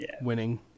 Winning